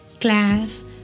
class